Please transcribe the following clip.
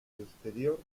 exterior